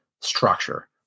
structure